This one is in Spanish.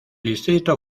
distrito